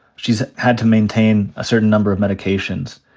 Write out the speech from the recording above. she's had to maintain a certain number of medications.